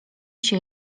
się